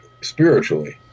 spiritually